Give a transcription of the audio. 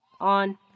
on